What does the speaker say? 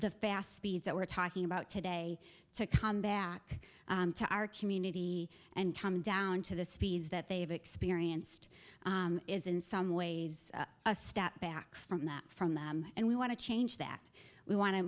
the fast speeds that we're talking about today to come back to our community and come down to the speeds that they have experienced is in some ways a step back from that from them and we want to change that we want to